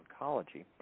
oncology